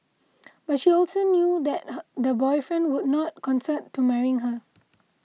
but she also knew that her the boyfriend would not consent to marrying her